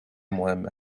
مهم